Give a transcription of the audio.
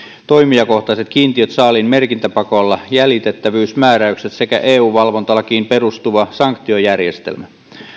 toimijakohtaiset kiintiöt saaliin merkintäpakolla jäljitettävyysmääräykset sekä eun valvontalakiin perustuva sanktiojärjestelmä